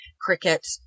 cricket